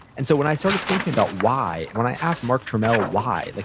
and so when i started thinking about why and when i asked mark turmell, why? like